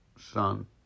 son